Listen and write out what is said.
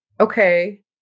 okay